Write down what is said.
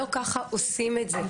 לא כך עושים את זה.